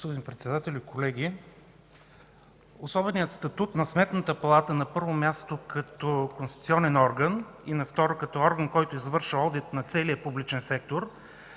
Председателю, колеги! Особеният статут на Сметната палата, на първо място като конституционен орган, и на второ – като орган, който извършва одит на целия публичен сектор,